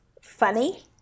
funny